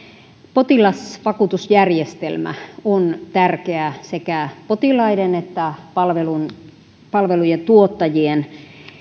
potilasvakuutusjärjestelmä on tärkeä sekä potilaiden että palvelujen tuottajien